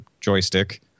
Joystick